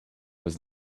was